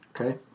Okay